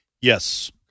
Yes